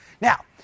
Now